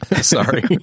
Sorry